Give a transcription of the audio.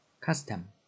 Custom